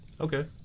Okay